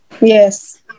yes